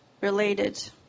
related